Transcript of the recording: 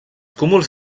cúmuls